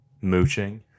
mooching